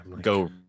go